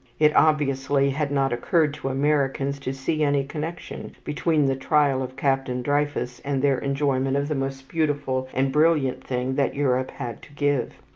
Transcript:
it obviously had not occurred to americans to see any connection between the trial of captain dreyfus and their enjoyment of the most beautiful and brilliant thing that europe had to give.